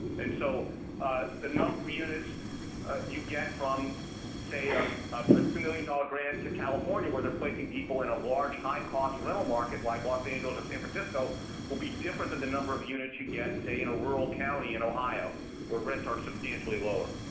and so the number of units you get from say, a two million dollars grant to california, where they're placing people in a large, high-cost rental market like los angeles or san francisco will be different than the number of units you get say, in a rural county in ohio where rents are substantially lower.